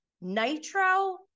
Nitro